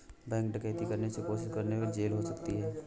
bank डकैती करने या कोशिश करने पर जेल हो सकती है